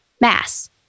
mass